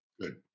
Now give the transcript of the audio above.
Good